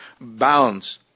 bounds